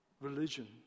religion